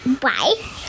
Bye